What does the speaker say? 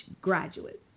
graduates